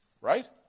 right